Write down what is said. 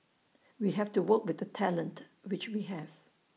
we have to work with the talent which we have